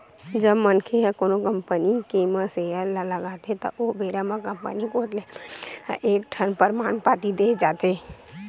जब मनखे ह कोनो कंपनी के म सेयर ल लगाथे त ओ बेरा म कंपनी कोत ले मनखे ल एक ठन परमान पाती देय जाथे